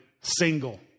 single